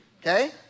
okay